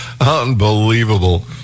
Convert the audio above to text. unbelievable